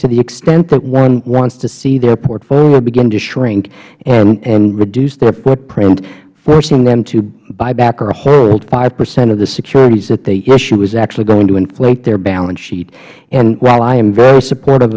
to the extent that one wants to see their portfolio begin to shrink and reduce their footprint forcing them to buy back or hold five percent of the securities that they issue is actually going to inflate their balance sheet and while i am very supportive